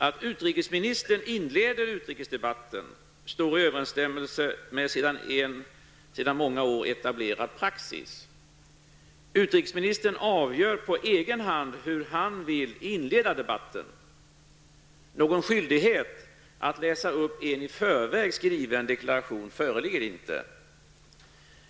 Att utrikesministern inleder utrikesdebatten står i överensstämmelse med en sedan många år etablerad praxis. Utrikesministern avgör på egen hand hur han vill inleda debatten. Någon skyldighet att läsa upp en i förväg skriven deklaration föreligger inte.